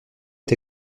est